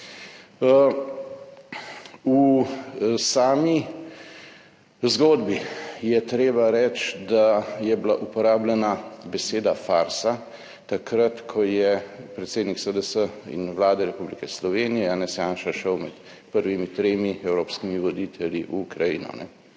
V sami zgodbi je treba reči, da je bila uporabljena beseda farsa takrat, ko je predsednik SDS in Vlade Republike Slovenije Janez Janša šel med prvimi tremi evropskimi voditelji v Ukrajino,